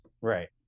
Right